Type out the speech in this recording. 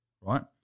right